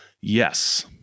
Yes